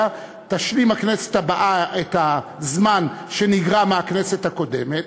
תשלים הכנסת הבאה את הזמן שנגרע מהכנסת הקודמת,